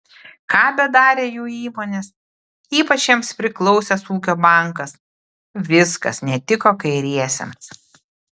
ką bedarė jų įmonės ypač jiems priklausęs ūkio bankas viskas netiko kairiesiems